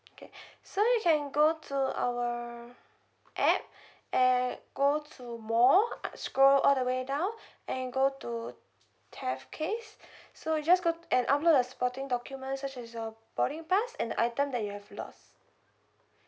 okay so you can go to our app and go to more scroll all the way down and go to theft case so you just go and upload a supporting document such as your boarding pass and the item that you have lost